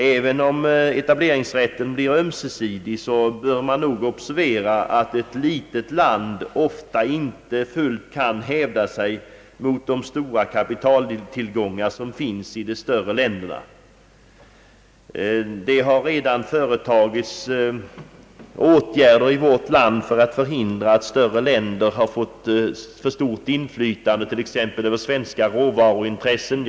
Även om denna blir ömsesidig bör man nog observera att ett litet land ofta inte fullt kan hävda sig mot de stora kapitaltillgångar som finns i de större länderna. Det har i vårt land redan vidtagits åtgärder för att förhindra att större länder får för stort inflytande t.ex. över svenska råvaruintressen.